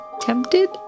Tempted